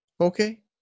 Okay